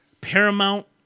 Paramount